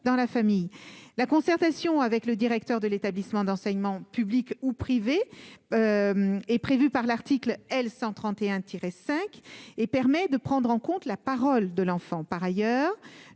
la concertation avec le directeur de l'établissement d'enseignement public ou privé est prévue par l'article L 131 tiré 5 et permet de prendre en compte la parole de l'enfant, par ailleurs,